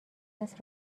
است